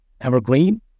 evergreen